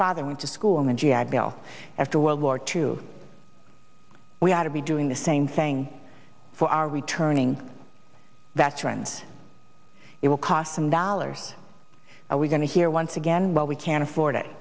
father went to school on the g i bill after world war two we ought to be doing the same thing for our returning veterans it will cost them dollars are we going to hear once again while we can afford it